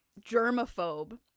germaphobe